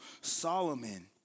Solomon